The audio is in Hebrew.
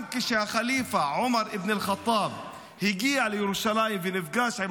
גם כשהח'ליפה עומר אבן אלחטאב הגיע לירושלים ונפגש עם